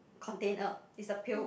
container is the pail